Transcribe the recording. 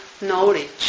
knowledge